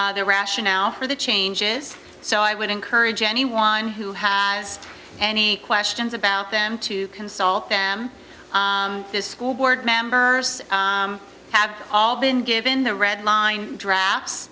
their rationale for the changes so i would encourage anyone who has any questions about them to consult them this school board members have all been given the red line drafts